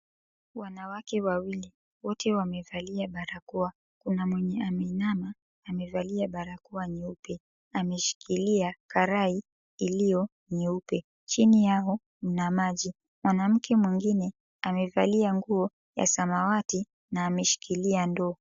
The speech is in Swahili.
Wanawake wawili wote wamevalia barakoa kuna mwenye ameinama amevalia barakoa nyeupe ameshikilia karai iliyo nyeupe. Chini yao kuna maji, mwanamke mwingine amevalia nguo ya samawati na ameshikilia ndoo.